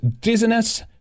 dizziness